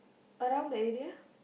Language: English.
around that area